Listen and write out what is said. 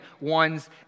one's